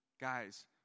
Guys